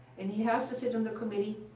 and he has to sit on the committee,